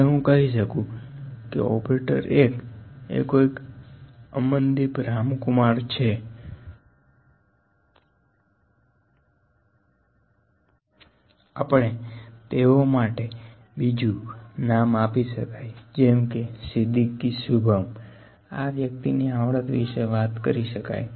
હવે હું કહી શકું કે ઓપરેટર 1 એ કોઇક અમનદીપ રામકુમાર છે આપણે તેઓ માટે કોઈ બીજું નામ આપી શકાય જેમ કે સિદિક્કી શુભમ આં વ્યક્તિ ની આવડત વિશે વાત કરી શકાય